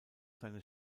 seines